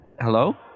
Hello